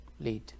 lead